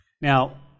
Now